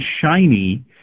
shiny